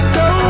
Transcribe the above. go